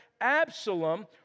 Absalom